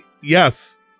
Yes